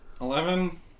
Eleven